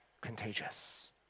contagious